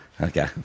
Okay